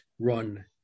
run